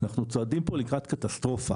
אנחנו צועדים פה לקראת קטסטרופה,